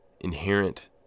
inherent